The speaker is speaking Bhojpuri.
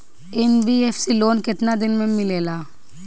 एन.बी.एफ.सी लोन केतना दिन मे मिलेला?